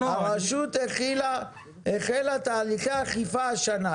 הרשות החלה תהליכי אכיפה השנה.